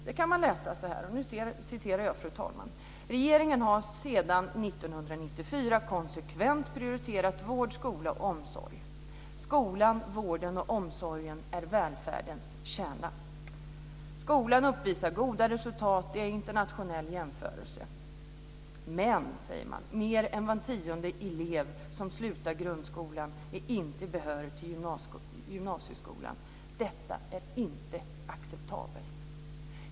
Där kan man läsa att regeringen sedan 1994 konsekvent prioriterat vård, skola och omsorg. Skolan, vården och omsorgen är välfärdens kärna. Skolan uppvisar goda resultat i en internationell jämförelse. Men, säger man, mer än var tionde elev som slutar grundskolan är inte behörig till gymnasieskolan. Detta är inte acceptabelt.